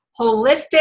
holistic